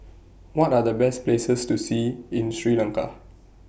What Are The Best Places to See in Sri Lanka